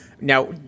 Now